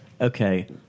Okay